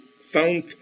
found